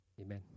Amen